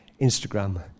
Instagram